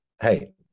hey